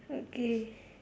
okay